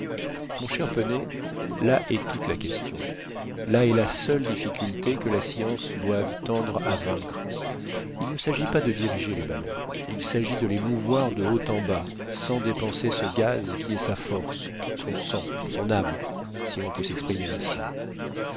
mon cher pennet là est toute la question là est la seule difficulté que la science doive tendre à vaincre il ne s'agit pas de diriger les ballons il s'agit de les mouvoir de haut en bas sans dépenser ce gaz qui est sa force son sang son âme si l'on peut s'exprimer ainsi